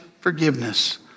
forgiveness